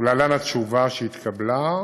להלן התשובה שהתקבלה: